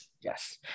Yes